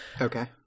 Okay